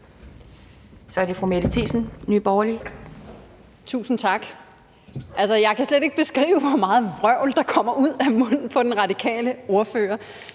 Kl. 12:21 Mette Thiesen (NB): Tusind tak. Altså, jeg kan slet ikke beskrive, hvor meget vrøvl der kommer ud af munden på den radikale ordfører.